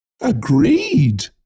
Agreed